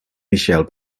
michele